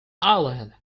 ireland